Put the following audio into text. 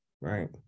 right